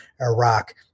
Iraq